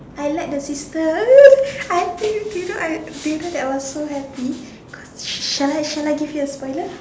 I like the sister I you know I did you know I was so happy cause shall I shall I give you a spoiler